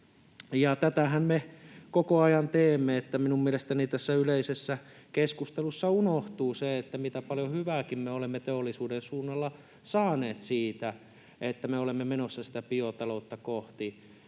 tätähän me koko ajan teemme. Minun mielestäni tässä yleisessä keskustelussa unohtuu se, mitä, paljon hyvääkin, me olemme teollisuuden suunnalla saaneet siitä, että me olemme menossa sitä biotaloutta kohti.